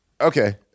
Okay